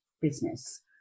business